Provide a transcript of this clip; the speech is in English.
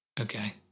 Okay